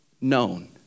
known